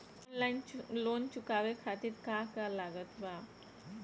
Online loan चुकावे खातिर का का लागत बा?